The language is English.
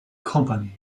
company